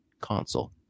console